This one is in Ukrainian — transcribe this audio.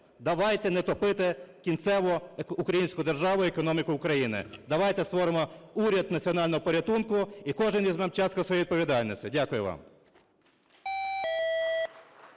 Давайте не топити кінцево українську державу і економіку України. Давайте створимо уряд національного порятунку, і кожен візьме частку своєї відповідальності. Дякую вам.